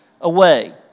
away